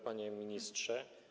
Panie Ministrze!